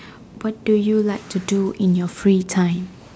what do you like to do in your free time